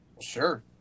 Sure